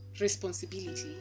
responsibility